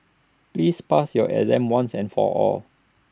please pass your exam once and for all